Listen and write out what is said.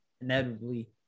Inevitably